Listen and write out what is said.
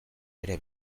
ere